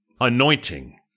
anointing